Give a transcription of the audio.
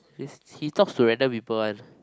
he talks to random people one